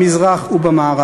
במזרח ובמערב.